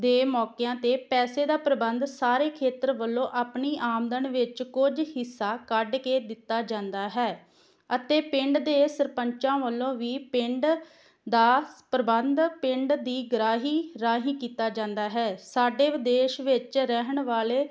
ਦੇ ਮੌਕਿਆਂ 'ਤੇ ਪੈਸੇ ਦਾ ਪ੍ਰਬੰਧ ਸਾਰੇ ਖੇਤਰ ਵੱਲੋਂ ਆਪਣੀ ਆਮਦਨ ਵਿੱਚ ਕੁਝ ਹਿੱਸਾ ਕੱਢ ਕੇ ਦਿੱਤਾ ਜਾਂਦਾ ਹੈ ਅਤੇ ਪਿੰਡ ਦੇ ਸਰਪੰਚਾਂ ਵੱਲੋਂ ਵੀ ਪਿੰਡ ਦਾ ਪ੍ਰਬੰਧ ਪਿੰਡ ਦੀ ਗਰਾਹੀ ਰਾਹੀਂ ਕੀਤਾ ਜਾਂਦਾ ਹੈ ਸਾਡੇ ਵਿਦੇਸ਼ ਵਿੱਚ ਰਹਿਣ ਵਾਲੇ